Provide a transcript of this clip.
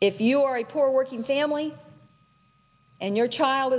if you are a poor working family and your child